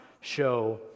show